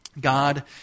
God